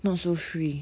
not so free